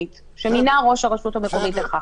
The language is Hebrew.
שמינה ראש הרשות המקומית לכך.